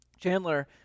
Chandler